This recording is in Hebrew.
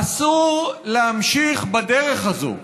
אסור להמשיך בדרך הזו,